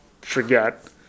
forget